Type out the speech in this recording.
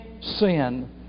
sin